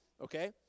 Okay